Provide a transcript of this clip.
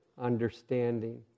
understanding